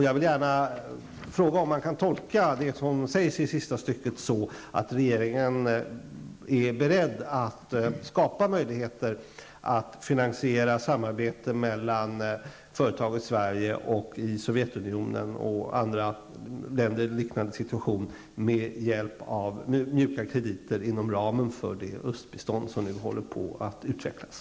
Jag vill gärna fråga om man kan tolka det som sägs i sista stycket så, att regeringen är beredd att skapa möjligheter att finansiera samarbete mellan företag i Sverige och företag i Sovjetunionen m.fl. länder i liknande situation med hjälp av mjuka krediter inom ramen för det östbistånd som nu håller på att utvecklas.